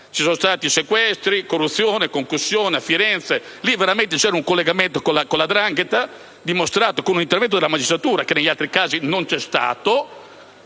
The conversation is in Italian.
ci sono stati sequestri, corruzione e concussione: lì veramente c'era un collegamento con la 'ndrangheta, dimostrato con un intervento della magistratura, che negli altri casi non c'è stato.